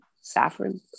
Saffron